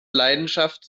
leidenschaft